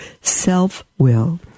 self-will